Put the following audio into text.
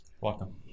Welcome